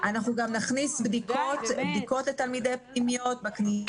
אנחנו גם נכניס בדיקות לתלמידי פנימיות בכניסה.